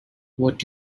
what